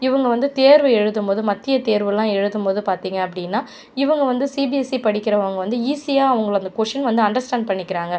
இவங்க வந்து தேர்வு எழுதும்போது மத்திய தேர்வுலாம் எழுதும் போது பார்த்தீங்க அப்படின்னா இவங்க வந்து சிபிஎஸ்இ படிக்கிறவங்க வந்து ஈஸியாக அவங்கள் அந்த கொஷ்ஷின் வந்து அண்டர்ஸ்டாண்ட் பண்ணிக்கிறாங்க